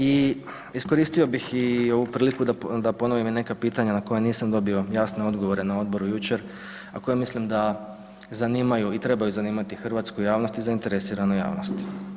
I iskoristio bih i ovu priliku da ponovim i neka pitanja na koja nisam dobio jasne odgovore na odboru jučer, a koja mislim da zanimaju i trebaju zanimati hrvatsku javnost i zainteresiranu javnost.